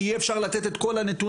כי אי אפשר לתת את כל הנתונים,